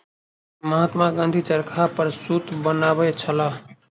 महात्मा गाँधी चरखा पर सूत बनबै छलाह